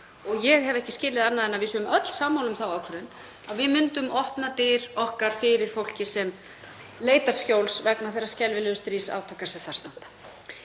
og ég hef ekki skilið annað en að við séum öll sammála um þá ákvörðun, að við myndum opna dyr okkar fyrir fólki sem leitar skjóls vegna þeirra skelfilegu stríðsátaka sem þar eru.